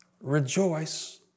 Rejoice